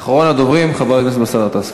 שלוש דקות.